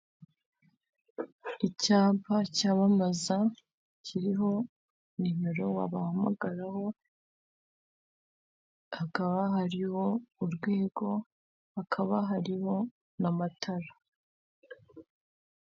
Icyapa cyamamaza kiriho nimero wabahamagaraho hakaba hariho urwego hakaba hariho n'amatara.